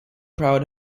proud